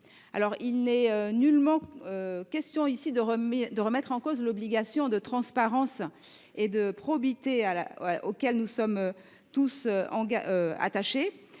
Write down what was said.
Il n’est nullement question ici de remettre en cause l’obligation de transparence et de probité auxquelles nous sommes tous attachés.